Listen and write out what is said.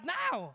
now